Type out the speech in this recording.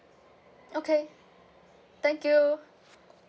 okay thank you